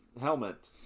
helmet